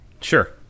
Sure